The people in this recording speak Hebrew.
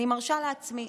אני מרשה לעצמי,